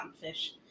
fish